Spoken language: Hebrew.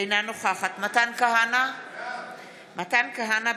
אינה נוכחת מתן כהנא, בעד